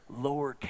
lowercase